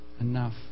enough